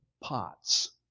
pots